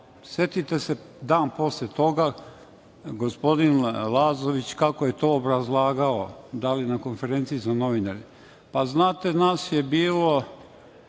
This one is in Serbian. se dan posle toga, gospodin Lazović, kako je to obrazlagao, da li na konferenciji za novinare. Znate nas je bilo,